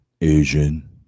Asian